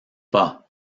pas